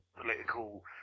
political